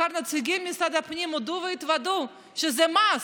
נציגי משרד הפנים הודו והתוודו שזה מס.